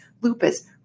lupus